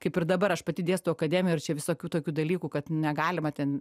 kaip ir dabar aš pati dėstau akademijoj ir čia visokių tokių dalykų kad negalima ten